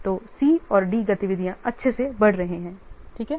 तो C और D गतिविधियां अच्छे से बढ़ रहे हैं ठीक है